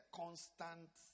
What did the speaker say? constant